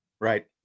Right